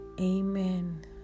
amen